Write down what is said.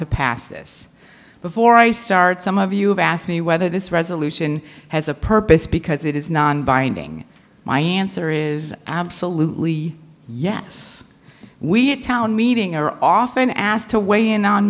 to pass this before i start some of you have asked me whether this resolution has a purpose because it is nonbinding my answer is absolutely yes we a town meeting are often asked to weigh in on